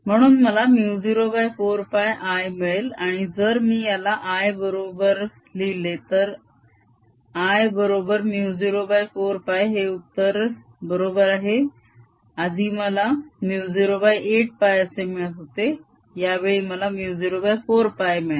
म्हणून मला μ04π I मिळेल आणि जर मी याला l बरोबर लिहिले तर l बरोबर μ04π हे उत्तर बरोबर आहे आधी मला μ08π असे मिळत होते या वेळी मला μ04π मिळाले